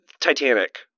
Titanic